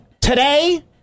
Today